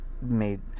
made